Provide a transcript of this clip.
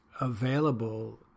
available